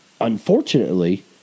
unfortunately